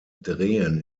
drehen